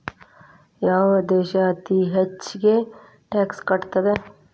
ಯಾವ್ ದೇಶ್ ಅತೇ ಹೆಚ್ಗೇ ಟ್ಯಾಕ್ಸ್ ಕಟ್ತದ?